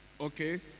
okay